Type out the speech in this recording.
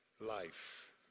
life